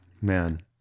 man